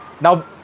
now